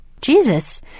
Jesus